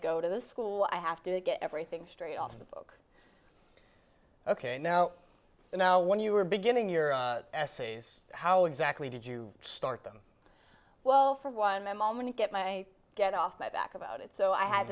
go to the school i have to get everything straight off the book ok now you know when you were beginning your essays how exactly did you start them well for one moment to get my get off my back about it so i had